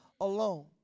alone